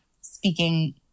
speaking